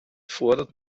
fordert